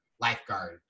lifeguard